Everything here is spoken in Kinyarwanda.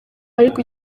ariko